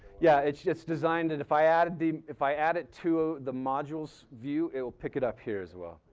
yeah. it's just designed and if i added the, if i add it to the modules view, it will pick it up here as well.